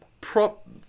prop